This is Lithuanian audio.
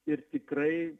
ir tikrai